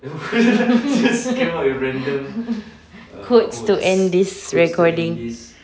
quotes to end this recording